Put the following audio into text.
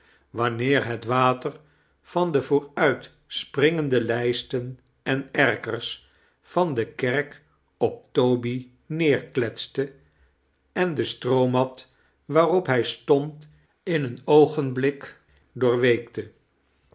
wanneer het water van de vooruitspringende lijstem en erkers van de kerk op toby neerkletste en de stroomat waarop hij stond in een oogenblik doorweekte